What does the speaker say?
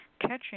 catching